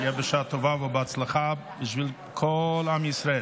שיהיה בשעה טובה, ובהצלחה בשביל כל עם ישראל.